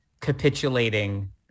capitulating